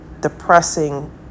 depressing